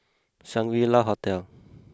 Shangri La Hotel